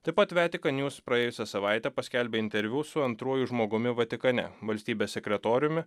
taip pat vetikan nius praėjusią savaitę paskelbė interviu su antruoju žmogumi vatikane valstybės sekretoriumi